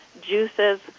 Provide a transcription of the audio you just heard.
juices